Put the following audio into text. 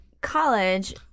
college